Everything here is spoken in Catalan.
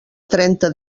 trenta